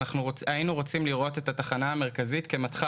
היינו רוצים לראות את התחנה המרכזית כמתחם